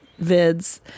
vids